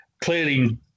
clearly